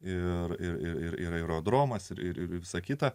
ir ir aerodromas ir visa kita